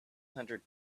hundred